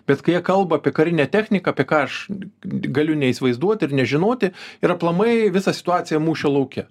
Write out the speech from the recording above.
bet jie kai kalba apie karinę techniką apie ką aš galiu neįsivaizduoti ir nežinoti ir aplamai visą situaciją mūšio lauke